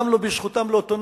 אלא גם לא בזכותם לאוטונומיה,